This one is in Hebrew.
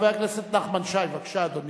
חבר הכנסת נחמן שי, בבקשה, אדוני.